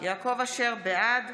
בעד